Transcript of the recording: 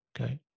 okay